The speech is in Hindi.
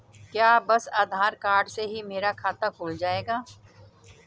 क्या बस आधार कार्ड से ही मेरा खाता खुल जाएगा?